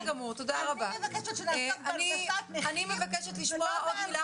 אנחנו מבקשים לשמוע עוד מילה